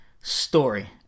story